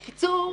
בקיצור,